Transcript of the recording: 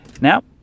Now